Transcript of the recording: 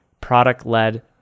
product-led